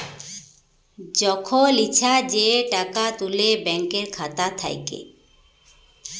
যখল ইছা যে টাকা তুলে ব্যাংকের খাতা থ্যাইকে